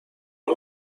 شما